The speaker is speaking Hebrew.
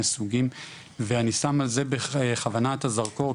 סוגים ואני שם על זה בכוונה את הזרקור,